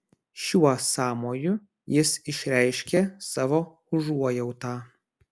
šiuo sąmoju jis išreiškė savo užuojautą